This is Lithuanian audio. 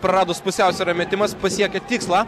praradus pusiausvyrą metimas pasiekia tikslą